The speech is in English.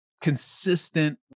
consistent